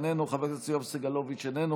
איננו,